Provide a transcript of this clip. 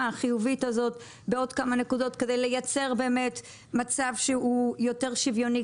החיובית הזאת בעוד כמה נקודות כדי לייצר מצב שהוא יותר שוויוני,